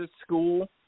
school